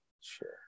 sure